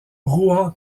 rouen